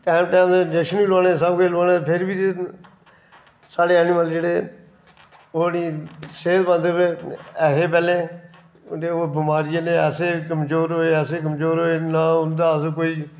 time time दे injection बी लोआने सब किश बी लोआने फिर बी साढ़े ऐनिमल जेह्ड़े ओह् नेईं सेह्तमंद नेईं ऐ हे पैह्लें ओह् बमारी ने ऐसे कमजोर होऐ ऐसे कमजोर होऐ नां होंदा अस कोई